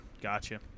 Gotcha